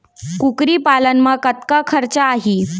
कुकरी पालन म कतका खरचा आही?